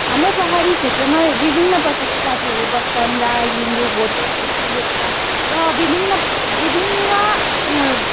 हाम्रो पहाडी क्षेत्रमा विभिन्न प्रकारको जातिहरू बस्छन् राई लिम्बू भोटे छेत्री लेप्चा र विभिन्न विभिन्न